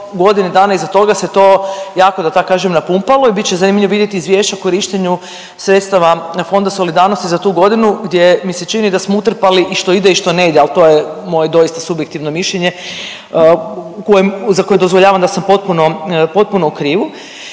godinu dana iza toga se to jako da tak kažem napumpalo i bit će zanimljivo vidjeti izvješća o korištenju sredstava Fonda solidarnosti za tu godinu gdje mi se čini da smo utrpali i što ide i što ne ide, ali to je moje doista subjektivno mišljenje koje, za koje dozvoljavam da sam potpuno, potpuno